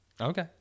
Okay